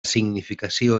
significació